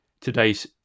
today's